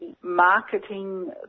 marketing